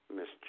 Miss